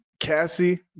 Cassie